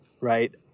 right